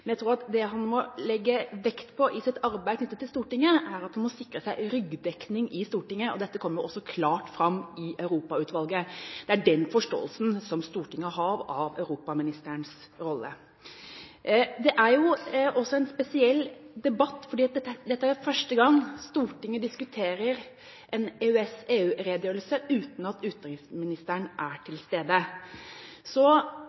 jeg tror at det han må legge vekt på i sitt arbeid knyttet til Stortinget, er å sikre seg ryggdekning i Stortinget, og dette kom jo også klart fram i Europautvalget. Det er den forståelsen Stortinget har av europaministerens rolle. Dette er jo en spesiell debatt, for det er første gang Stortinget diskuterer en EØS/EU-redegjørelse uten at utenriksministeren er til